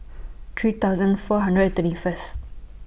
three thousand four hundred and twenty First